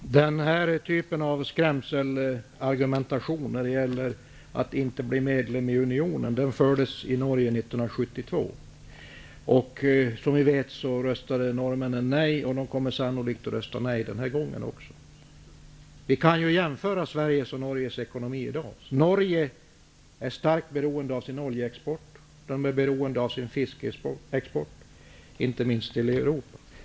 Herr talman! Den här typen av skrämselargumentation för vad som händer om man inte blir medlem i unionen bedrevs i Norge 1972. Som vi vet röstade norrmännen nej, och de kommer sannolikt att rösta nej den här gången också. Vi kan ju jämföra Sveriges och Norges ekonomi i dag. Norge är starkt beroende av sin oljeexport, och man är beroende av sin fiskeexport, inte minst till Europa.